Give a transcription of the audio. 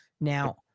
now